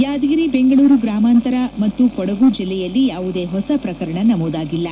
ಯಾದಗಿರಿ ಬೆಂಗಳೂರು ಗ್ರಾಮಾಂತರ ಮತ್ತು ಕೊಡಗು ಜಿಲ್ಲೆಯಲ್ಲಿ ಯಾವುದೇ ಹೊಸ ಪ್ರಕರಣ ನಮೂದಾಗಿಲ್ಲ